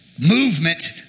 Movement